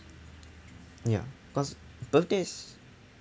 ya cause birthdays